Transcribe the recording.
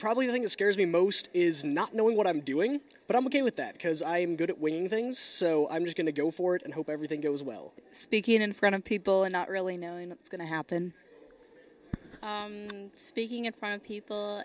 probably nothing is scares me most is not knowing what i'm doing but i'm ok with that because i'm good at winning things so i'm going to go for it and hope everything goes well speaking in front of people and not really knowing what's going to happen speaking in front people